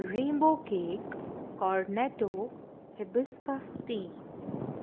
Rainbow cake کارنٮ۪ٹَو hibiscus T